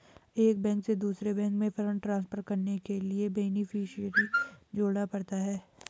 एक बैंक से दूसरे बैंक में फण्ड ट्रांसफर करने के लिए बेनेफिसियरी जोड़ना पड़ता है